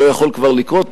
שלא יכול כבר לקרות,